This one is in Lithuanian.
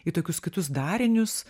į tokius kitus darinius